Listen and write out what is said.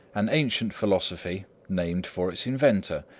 an ancient philosophy, named for its inventor.